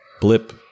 blip